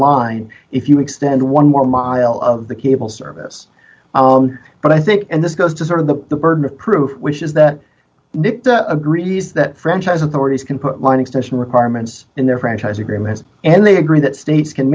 line if you extend one more mile of the cable service but i think and this goes to sort of the burden of proof which is that agrees that franchise authorities can put mine extension requirements in their franchise agreements and they agree that states can